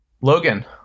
Logan